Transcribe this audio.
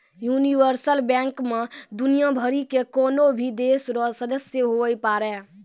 universal bank मे दुनियाँ भरि के कोन्हो भी देश रो सदस्य हुवै पारै